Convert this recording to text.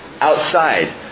outside